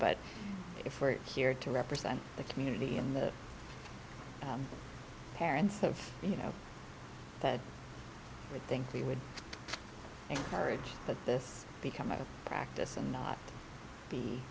but if we're here to represent the community in the parents of you know that i think we would encourage that this become a practice and not be